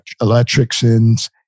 electricians